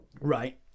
Right